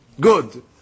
Good